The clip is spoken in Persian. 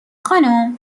خانم